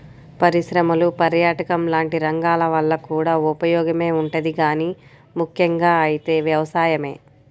పరిశ్రమలు, పర్యాటకం లాంటి రంగాల వల్ల కూడా ఉపయోగమే ఉంటది గానీ ముక్కెంగా అయితే వ్యవసాయమే